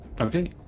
Okay